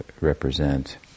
represent